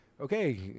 okay